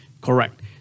Correct